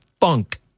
Funk